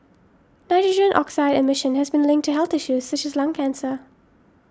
nitrogen oxide emission has been linked to health issues such as lung cancer